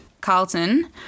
Carlton